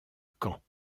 camps